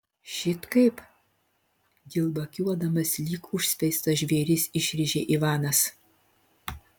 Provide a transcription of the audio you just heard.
šit kaip dilbakiuodamas lyg užspeistas žvėris išrėžė ivanas